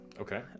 Okay